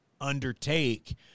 undertake